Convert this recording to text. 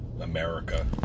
America